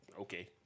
Okay